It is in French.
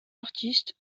artiste